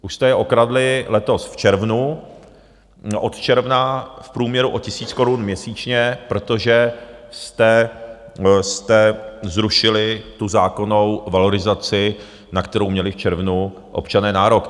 Už jste je okradli letos v červnu od června v průměru o tisíc korun měsíčně, protože jste zrušili tu zákonnou valorizaci, na kterou měli v červnu občané nárok.